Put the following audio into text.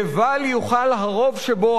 לבל יוכל הרוב שבו,